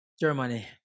Germany